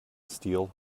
steel